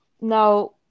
now